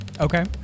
Okay